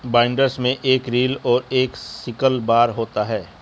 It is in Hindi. बाइंडर्स में एक रील और एक सिकल बार होता है